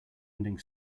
ending